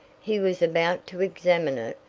he was about to examine it,